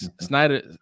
Snyder